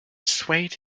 swayed